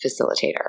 facilitator